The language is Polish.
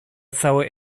całej